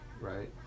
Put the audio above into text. right